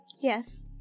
Yes